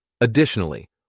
Additionally